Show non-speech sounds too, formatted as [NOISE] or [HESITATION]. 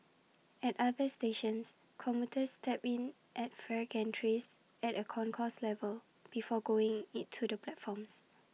at other stations commuters tap in at fare gantries at A concourse level before going [HESITATION] to the platforms